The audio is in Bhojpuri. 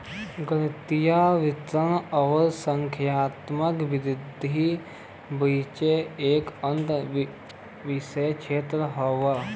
गणितीय वित्त आउर संख्यात्मक विधि के बीच एक अंतःविषय क्षेत्र हौ